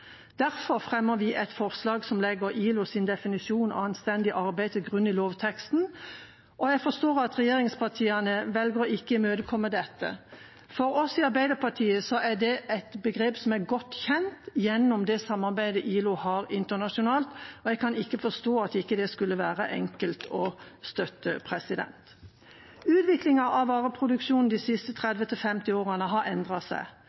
Derfor fremmer vi et forslag som legger ILOs definisjon av anstendig arbeid til grunn i lovteksten, og jeg forstår at regjeringspartiene velger å ikke imøtekomme dette. For oss i Arbeiderpartiet er det et begrep som er godt kjent gjennom det samarbeidet ILO har internasjonalt, og jeg kan ikke forstå at ikke det skulle være enkelt å støtte. Utviklingen av vareproduksjonen de siste 30–50 årene har endret seg.